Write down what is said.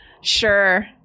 sure